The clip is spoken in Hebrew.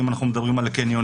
אם אנחנו מדברים על הקניונים,